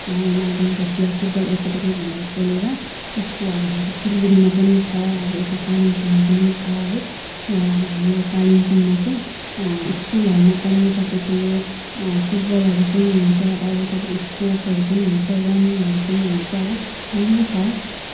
नाडोङ Bhutia football academy भनेर खोलेर उसको अब अहिले सिलगढीमा पनि छ अब यता कालिम्पोङमा पनि छ है र अब हाम्रो यो कालिम्पोङमा चाहिँ स्कुलहरूमा पनि तपाईँको यो फुटबलहरू पनि हुन्छ अरू तपाईँको स्पोर्टसहरू पनि हुन्छ रनिङहरू पनि हुन्छ है राम्रो छ